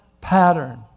pattern